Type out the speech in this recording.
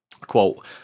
Quote